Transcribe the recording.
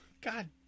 God